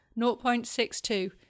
0.62